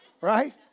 Right